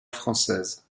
française